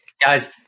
Guys